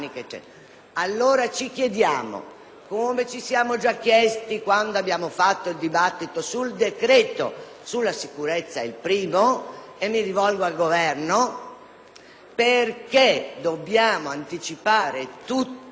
come ci siamo già chiesti quando abbiamo svolto il dibattito sul decreto sulla sicurezza - mi rivolgo al Governo - perché dobbiamo anticipare tutto in un provvedimento e non occuparci